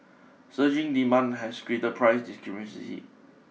surging demand has create the price discrepancy